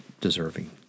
deserving